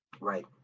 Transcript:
right